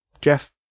Jeff